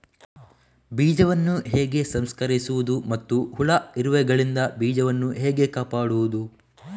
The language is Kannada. ಬೀಜವನ್ನು ಹೇಗೆ ಸಂಸ್ಕರಿಸುವುದು ಮತ್ತು ಹುಳ, ಇರುವೆಗಳಿಂದ ಬೀಜವನ್ನು ಹೇಗೆ ಕಾಪಾಡುವುದು?